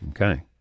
Okay